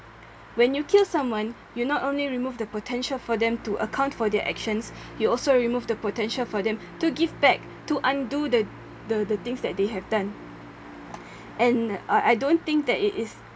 when you kill someone you not only remove the potential for them to account for their actions you also remove the potential for them to give back to undo the the the things that they have done and uh I don't think it is